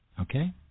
Okay